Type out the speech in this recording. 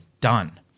done